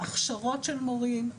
הכשרות של מורים.